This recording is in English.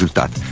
done.